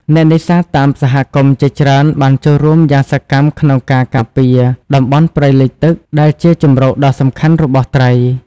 អ្នកនេសាទតាមសហគមន៍ជាច្រើនបានចូលរួមយ៉ាងសកម្មក្នុងការការពារតំបន់ព្រៃលិចទឹក ដែលជាជម្រកដ៏សំខាន់របស់ត្រី។